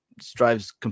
strives